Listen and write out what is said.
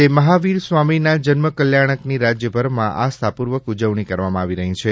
આજે મહાવીર સ્વામીના જન્મ કલ્યાણકની રાજ્યભરમાં આસ્થાપૂર્વક ઉજવણી કરવામાં આવી રહી છે